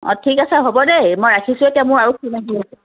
অ ঠিক আছে হ'ব দেই মই ৰাখিছোঁ এতিয়া মোৰ আৰু ফোন আহি আছে